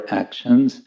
actions